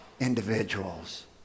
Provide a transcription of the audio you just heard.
individuals